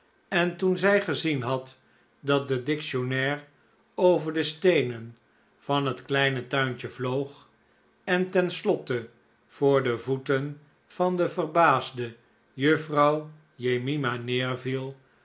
en toen zij gezien had dat de dictionnaire over de steenen van het kleine tuintje vloog en ten slotte voor de voeten van de verbaasde juffrouw jemima